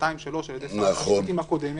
שנתיים שלוש על-ידי שרת המשפטים הקודמת.